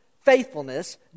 faithfulness